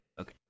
Okay